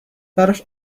براش